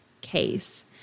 case